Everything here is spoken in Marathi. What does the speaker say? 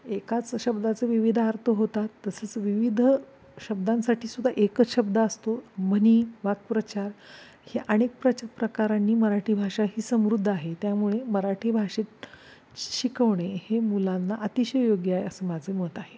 एकाच शब्दाचे विविध अर्थ होतात तसेच विविध शब्दांसाठी सुद्धा एकच शब्द असतो म्हणी वाक्प्रचार हे अनेक प्रच प्रकारांनी मराठी भाषा ही समृद्ध आहे त्यामुळे मराठी भाषेत शिकवणे हे मुलांना अतिशय योग्य आहे असं माझं मत आहे